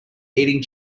eating